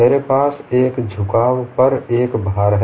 मेरे पास एक झुकाव पर एक भार है